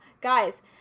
guys